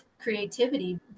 creativity